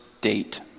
date